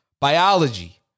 biology